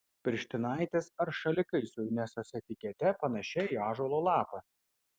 pirštinaitės ar šalikai su inesos etikete panašia į ąžuolo lapą